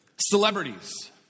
Celebrities